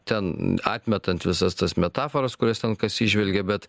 ten atmetant visas tas metaforas kurias ten kas įžvelgė bet